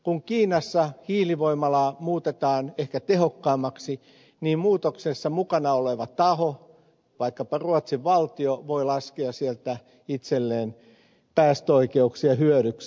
kun kiinassa hiilivoimala muutetaan ehkä tehokkaammaksi niin muutoksessa mukana oleva taho vaikkapa ruotsin valtio voi laskea sieltä itselleen päästöoikeuksia hyödyksi